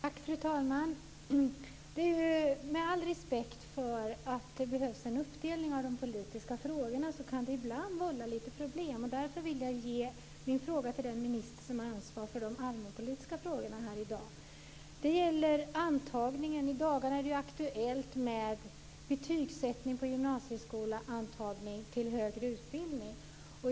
Fru talman! Med all respekt för att det behövs en uppdelning av de politiska frågorna vill jag säga att detta ibland kan vålla lite problem. Därför vill jag ställa min fråga till den minister som har ansvar för de allmänpolitiska frågorna här i dag. Det gäller antagningen. I dagarna är det aktuellt med betygssättning på gymnasieskolor och antagning till högre utbildning.